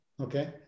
okay